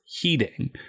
Heating